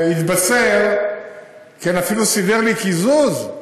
אפילו סידר לי קיזוז,